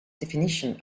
definition